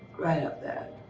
right up there.